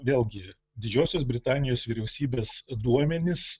vėlgi didžiosios britanijos vyriausybės duomenys